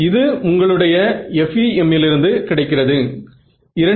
எனவே உங்களுடைய விளக்கம் என்ன